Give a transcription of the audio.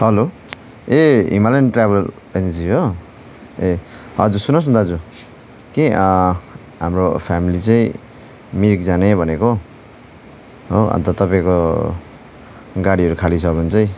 hello ए Himalayan travel agency हो ए हजुर सुन्नुहोस् न दाजु कि हाम्रो फ्यामिली चाहिँ मिरिक जाने भनेको हो अन्त तपाईँको गाडीहरू खाली छ भने चाहिँ